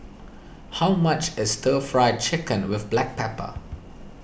how much is Stir Fry Chicken with Black Pepper